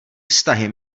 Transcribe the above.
vztahy